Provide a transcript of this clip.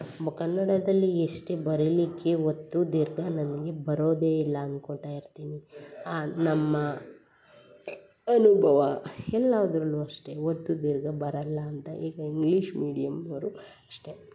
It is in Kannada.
ಬ್ ಕನ್ನಡದಲ್ಲಿ ಎಷ್ಟೇ ಬರೀಲಿಕ್ಕೆ ಒತ್ತು ದೀರ್ಘ ನನಗೆ ಬರೋದೆ ಇಲ್ಲ ಅಂದ್ಕೊಳ್ತಾ ಇರ್ತೀನಿ ನಮ್ಮ ಅನುಭವ ಎಲ್ಲಿ ಆದ್ರೂ ಅಷ್ಟೇ ಒತ್ತು ದೀರ್ಘ ಬರಲ್ಲ ಅಂತ ಈಗ ಇಂಗ್ಲೀಷ್ ಮೀಡಿಯಮ್ ಅವರು ಅಷ್ಟೇ